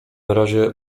razie